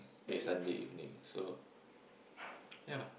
eh Sunday evening so yeah